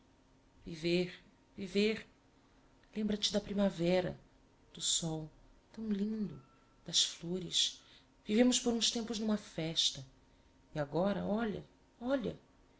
ah viver viver lembra-te da primavera do sol tão lindo das flores vivemos por uns tempos n'uma festa e agora olha olha